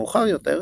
מאוחר יותר,